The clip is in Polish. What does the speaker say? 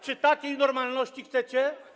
Czy takiej normalności chcecie?